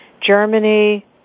Germany